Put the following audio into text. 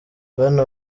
bwana